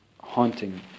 Haunting